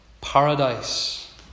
Paradise